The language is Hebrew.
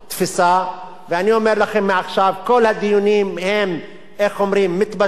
בכל הדיונים אתם מתבשלים במיץ של עצמכם.